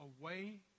away